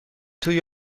توی